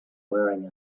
wearing